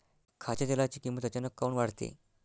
खाच्या तेलाची किमत अचानक काऊन वाढते?